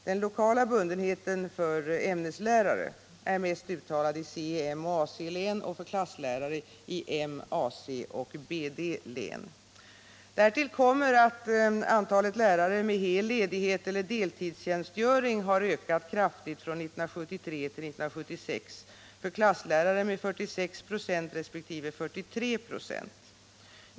Den lokala bundenheten för ämneslärare är mest uttalad i C-, E-, M och AC-län och för klasslärare i M-, AC och BD-län. Därtill kommer att antalet lärare med hel ledighet eller med deltidstjänstgöring har ökat från 1973 till 1976, för klasslärare med 46 96 resp. 43 96.